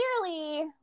clearly